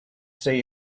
say